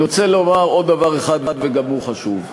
אני רוצה לומר עוד דבר אחד, וגם הוא חשוב.